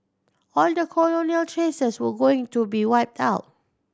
all the colonial traces were going to be wiped out